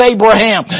Abraham